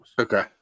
Okay